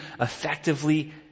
effectively